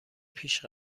پیش